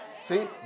See